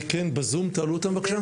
תעלו אותה בבקשה.